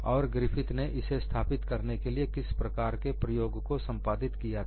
और ग्रिफिथ ने इसे स्थापित करने के लिए किस प्रकार के प्रयोग को संपादित किया था